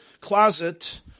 closet